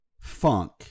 funk